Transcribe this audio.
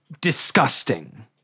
disgusting